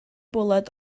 bwled